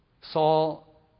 Saul